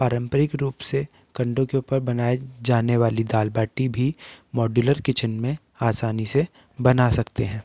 परम्परिक रूप से कंडो के ऊपर बनाए जाने वाली दाल बाटी भी मॉडुलर किचन में आसानी से बना सकते हैं